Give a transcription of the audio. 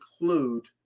include